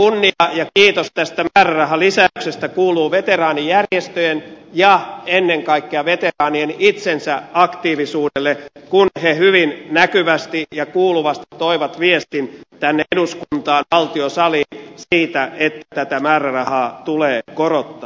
kunnia ja kiitos tästä määrärahalisäyksestä kuuluu veteraanijärjestöjen ja ennen kaikkea veteraanien itsensä aktiivisuudelle kun he hyvin näkyvästi ja kuuluvasti toivat viestin tänne eduskuntaan valtiosaliin siitä että tätä määrärahaa tulee korottaa